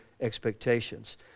expectations